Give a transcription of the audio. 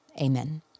Amen